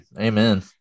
Amen